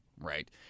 Right